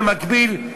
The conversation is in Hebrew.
במקביל,